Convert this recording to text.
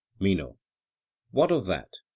meno what of that?